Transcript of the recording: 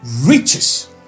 riches